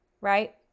right